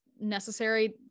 necessary